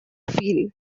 feel